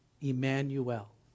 Emmanuel